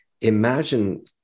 Imagine